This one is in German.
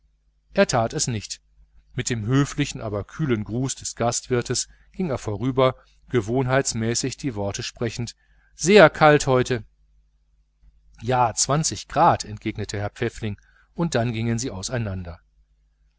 er tat es nicht mit dem höflichen aber kühlen gruß des gastwirts ging er vorüber gewohnheitsmäßig die worte sprechend sehr kalt heute ja grad entgegnete herr pfäffling und dann gingen sie auseinander